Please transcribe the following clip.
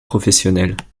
professionnelles